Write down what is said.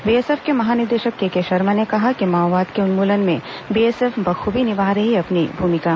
BSF के महानिदेशक K K Sharma ने कहा है कि माओवाद के उन्मूलन में बीएसएफ बखूबी निभा रही है अपनी भूमिका